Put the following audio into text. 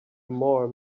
more